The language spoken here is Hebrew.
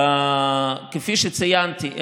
כפי שציינתי,